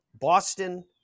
Boston